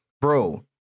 bro